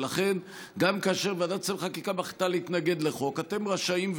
ולכן גם כאשר ועדת שרים לחקיקה מחליטה להתנגד לחוק אתם רשאים,